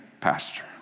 pastor